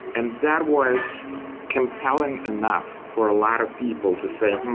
and that was compelling enough for a lot of people to say, hmm,